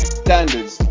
standards